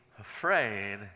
afraid